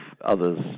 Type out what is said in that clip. others